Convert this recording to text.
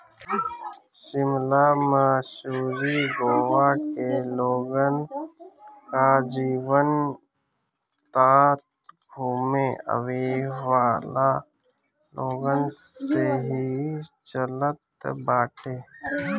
शिमला, मसूरी, गोवा के लोगन कअ जीवन तअ घूमे आवेवाला लोगन से ही चलत बाटे